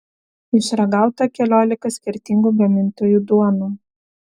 išragauta keliolika skirtingų gamintojų duonų